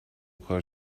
کار